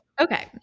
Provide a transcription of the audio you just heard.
okay